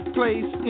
place